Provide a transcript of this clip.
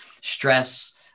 stress